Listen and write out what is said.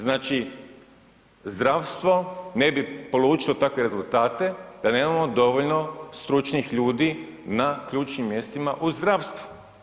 Znači zdravstvo ne bi polučilo takve rezultate da nemamo dovoljno stručnih ljudi na ključnim mjestima u zdravstvu.